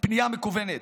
פנייה מקוונת.